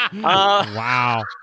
wow